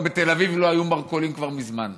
גם בתל אביב לא היו מרכולים כבר מזמן.